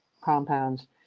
compounds